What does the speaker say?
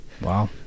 Wow